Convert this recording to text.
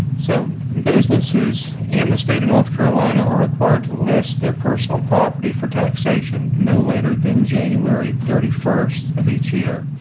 so businesses in the state of north carolina are required to list their personal property for taxation no later than january thirty one of each year.